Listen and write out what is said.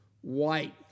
white